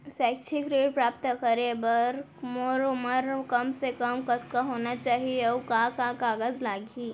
शैक्षिक ऋण प्राप्त करे बर मोर उमर कम से कम कतका होना चाहि, अऊ का का कागज लागही?